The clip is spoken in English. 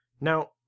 Now